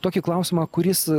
tokį klausimą kuris